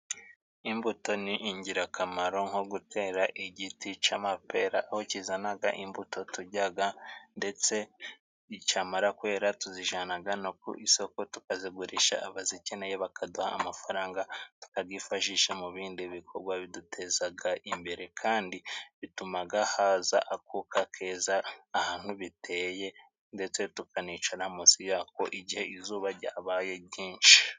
Imbuto ni ingirakamaro nko gutera igiti cy'amapera, aho kizana imbuto turya ndetse cyamara kwera tuzijyana no ku isoko tukazigurisha, abazikeneye bakaduha amafaranga tukayifashisha mu bindi bikorwa biduteza imbere, kandi bituma haza akuka keza ahantu biteye, ndetse tukanicara munsi y'ako igihe izuba ryabaye ryinshi.